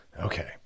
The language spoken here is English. Okay